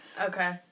Okay